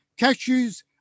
Cashews